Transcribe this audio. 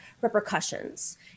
repercussions